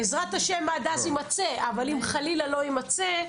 בעזרת השם עד אז יימצא, אבל אם חלילה לא יימצא,